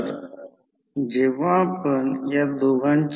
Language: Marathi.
तर N1 N2 8 1 K